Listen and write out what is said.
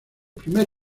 primer